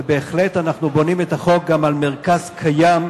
ובהחלט אנחנו בונים את החוק גם על מרכז קיים,